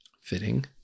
fitting